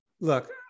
look